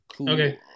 Okay